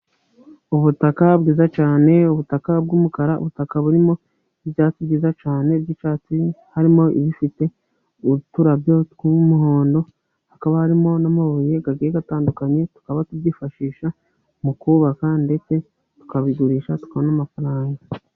Ubutaka bwiza cyane, ubutaka bw'umukara. Ubutaka burimo ibyatsi byiza cyane by'icyatsi, harimo ibifite uturabyo tw'umuhondo, hakaba harimo n'amabuye agiye atandukanye. Tukaba tubyifashisha mu kubaka ndetse tukabigurisha tukabona amafaranga.